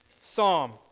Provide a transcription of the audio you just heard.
Psalm